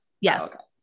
Yes